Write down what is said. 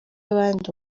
abandi